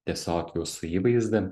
tiesiog jūsų įvaizdį